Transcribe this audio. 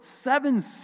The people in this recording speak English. seven